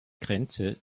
grenze